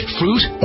fruit